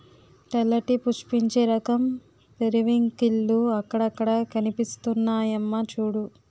తెల్లటి పుష్పించే రకం పెరివింకిల్లు అక్కడక్కడా కనిపిస్తున్నాయమ్మా చూడూ